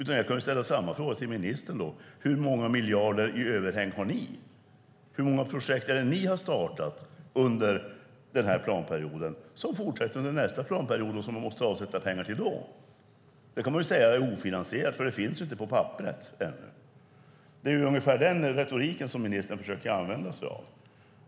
Jag kan ställa samma fråga till ministern: Hur många miljarder i överhäng har ni? Hur många projekt har ni startat under denna planperiod som fortsätter under nästa planperiod och som man måste avsätta pengar till då? Man kan säga att det är ofinansierat, för det finns inte på papperet ännu. Det är ungefär den retoriken som ministern försöker använda sig av.